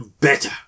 better